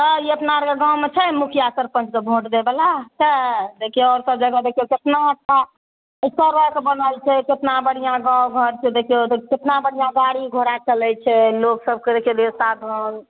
तऽ ई अपना आरके गाँवमे छै मुखिया सरपञ्चके वोट दैवला छै देखियौ और सब जगह देखियौ कितना अच्छा सड़क बनल छै केतना बढ़िआँ गाँव घर छै देखियौ कितना बढ़िआँ गाड़ी घोड़ा चलय छै लोक सबके लिये साध